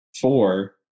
four